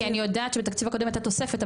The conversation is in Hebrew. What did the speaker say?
כי אני יודעת שבתקציב הקודם הייתה תוספת,